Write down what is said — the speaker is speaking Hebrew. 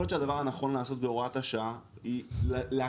יכול להיות שהדבר הנכון לעשות בהוראת השעה היא להקדים